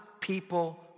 people